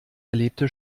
erlebte